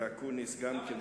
חבר